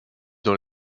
dans